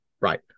Right